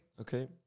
Okay